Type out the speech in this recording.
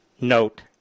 note